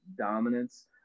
dominance